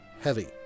heavy